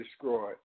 destroyed